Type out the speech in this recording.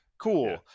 Cool